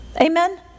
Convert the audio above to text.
Amen